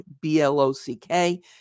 B-L-O-C-K